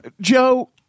Joe